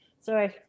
sorry